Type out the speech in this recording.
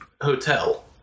hotel